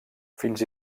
fins